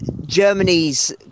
Germany's